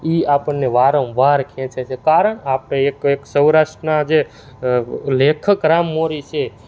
એ આપણને વારંવાર ખેંચે છે કારણ આપણે એક એક સૌરાષ્ટ્રના જે લેખક રામ મોરી છે